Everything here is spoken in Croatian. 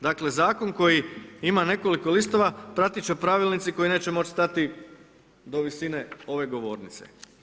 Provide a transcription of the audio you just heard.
Dakle zakon koji ima nekoliko listova pratit će pravilnici koji neće moći stati do visine ove govornice.